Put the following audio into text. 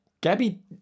Gabby